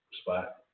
spot